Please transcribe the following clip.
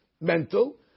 Mental